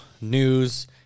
news